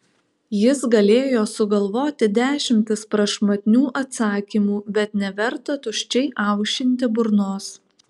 jis galėjo sugalvoti dešimtis prašmatnių atsakymų bet neverta tuščiai aušinti burnos